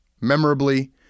Memorably